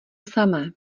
samé